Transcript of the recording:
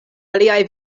aliaj